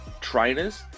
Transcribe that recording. trainers